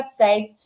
websites